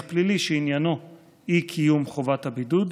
פלילי שעניינו אי-קיום חובת הבידוד,